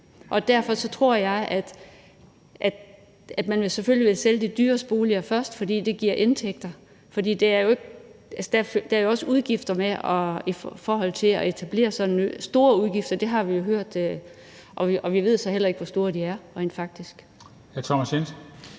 Og derfor tror jeg, at man selvfølgelig vil sælge de dyreste boliger først, fordi det giver indtægter, idet der jo også er store udgifter forbundet med at etablere sådan en ø, det har vi jo hørt, og vi ved så heller ikke, hvor store de rent faktisk